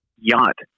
yacht